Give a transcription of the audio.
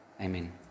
Amen